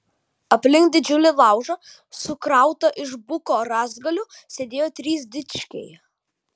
aplink didžiulį laužą sukrautą iš buko rąstgalių sėdėjo trys dičkiai